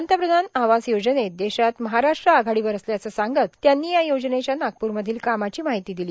पंतप्रधान आवास योजनेत देशात महाराष्ट्र आघाडीवर असल्याचं सांगत त्यांनी या योजनेच्या नागपूरमधील कामाची माहिती दिली